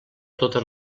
totes